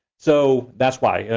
so, that's why.